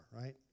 right